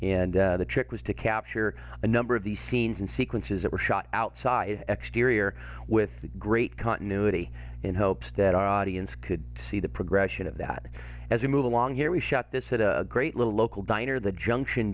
and the trick was to capture a number of the scenes and sequences that were shot outside exteriors with great continuity in hopes that our audience could see the progression of that as we move along here we shot this at a great little local diner the junction